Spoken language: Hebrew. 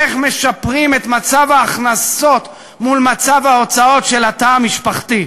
איך משפרים את מצב ההכנסות מול מצב ההוצאות של התא המשפחתי.